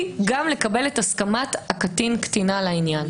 גם לקבל את הסכמת הקטין או הקטינה על העניין,